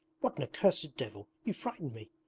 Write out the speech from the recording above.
what an accursed devil! you frightened me!